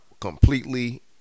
completely